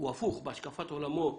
הוא הפוך בהשקפת עולמו,